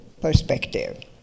perspective